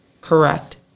correct